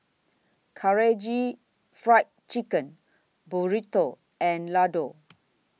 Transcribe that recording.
Karaage Fried Chicken Burrito and Ladoo